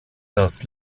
das